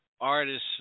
artists